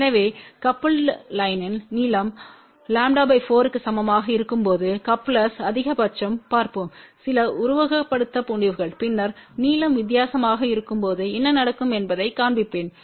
எனவே கபுல்டு லைன்யின் நீளம் 4 க்கு சமமாக இருக்கும்போது கப்லெர்ஸ் அதிகபட்சம் பார்ப்போம் சில உருவகப்படுத்தப்பட்ட முடிவுகள் பின்னர் நீளம் வித்தியாசமாக இருக்கும்போது என்ன நடக்கும் என்பதைக் காண்பிப்பேன்